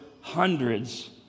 hundreds